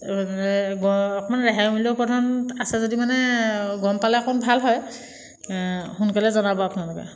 অকণমান ৰেহাই মূল্য পোৱাহেঁতেন আছে যদি মানে গম পালে অকণ ভাল হয় সোনকালে জনাব আপোনালোকে